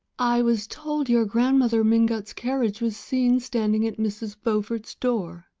i was told your grandmother mingott's carriage was seen standing at mrs. beaufort's door.